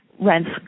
rents